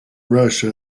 russia